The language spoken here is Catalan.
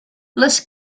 les